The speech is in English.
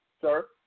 Sir